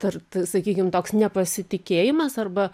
tart sakykim toks nepasitikėjimas arba